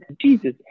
Jesus